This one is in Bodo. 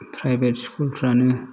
प्राइभेत स्कुलफ्रानो